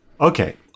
Okay